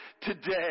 today